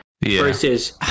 versus